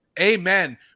amen